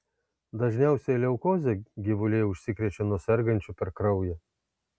dažniausiai leukoze gyvuliai užsikrečia nuo sergančių per kraują